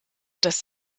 das